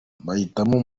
bahitamo